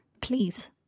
Please